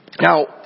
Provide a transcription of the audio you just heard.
Now